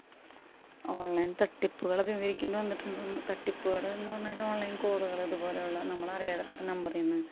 online തട്ടിപ്പുകൾ അഭിമുഖീകരിക്കേണ്ടി വന്നിട്ടുണ്ടോ എന്ന് തട്ടിപ്പുകൾ എന്ന് പറഞ്ഞാൽ ഓൺലൈൻ കോളുകൾ ഇതുപോലെയുള്ള നമ്മളറിയാത്ത നമ്പറിൽ നിന്ന്